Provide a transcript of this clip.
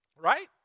Right